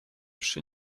przy